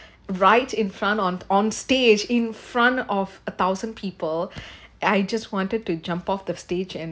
right in front on on stage in front of a thousand people I just wanted to jump off the stage and